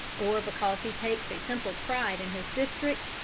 or because he takes a simple pride in his district,